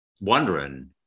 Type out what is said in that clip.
wondering